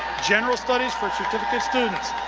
general studies for certificate students,